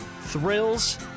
Thrills